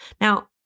Now